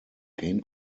gain